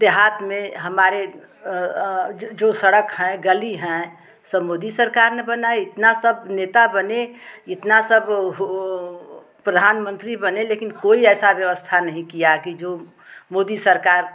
देहात में हमारे जो सड़क हैं गली हैं सब मोदी सरकार ने बनाई इतने सब नेता बने इतना सब हो प्रधान मंत्री बने लेकिन कोई ऐसी व्यवस्था नहीं किया कि जो मोदी सरकार